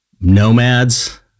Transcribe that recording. Nomads